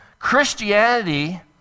Christianity